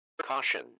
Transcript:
Caution